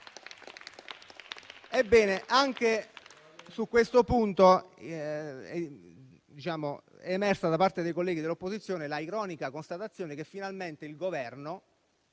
Ebbene, anche su questo punto è emersa da parte dei colleghi dell'opposizione l'ironica constatazione che finalmente il Governo